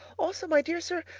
also my dear sir,